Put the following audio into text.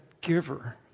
giver